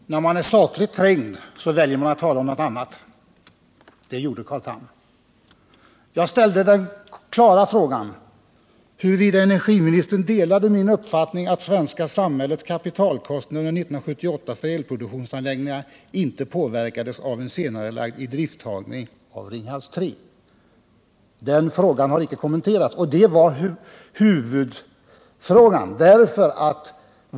Herr talman! När man är sakligt trängd väljer man att tala om något annat. Det gjorde Carl Tham. Jag ställde den klara frågan om energiministern delar min uppfattning att det svenska samhällets kapitalkostnader 1978 för elproduktionsanläggningar inte påverkades av en senareläggning av idrifttagningen av Ringhals 3. Den frågan har icke kommenterats. Det var emellertid huvudfrågan.